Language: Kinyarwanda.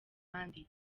abandi